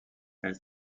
elle